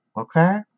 Okay